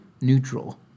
neutral